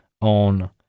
on